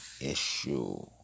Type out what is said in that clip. issue